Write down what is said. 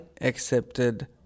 accepted